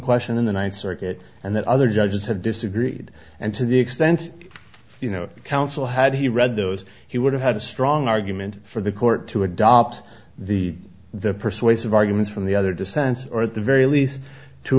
question in the ninth circuit and that other judges have disagreed and to the extent you know counsel had he read those he would have had a strong argument for the court to adopt the the persuasive arguments from the other dissents or at the very least to